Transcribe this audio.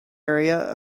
area